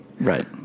Right